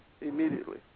immediately